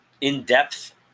in-depth